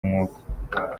umwuka